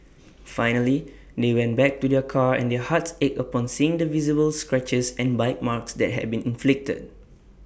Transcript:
finally they went back to their car and their hearts ached upon seeing the visible scratches and bite marks that had been inflicted